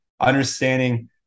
understanding